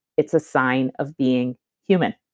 it's a sign of being human.